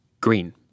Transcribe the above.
green